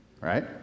Right